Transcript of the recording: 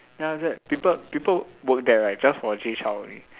then after that people people work there right just for Jay Chou only